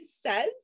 says